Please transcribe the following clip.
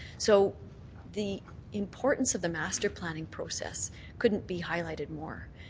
so the importance of the master planning process couldn't be highlighted more.